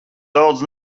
daudz